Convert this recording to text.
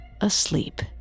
asleep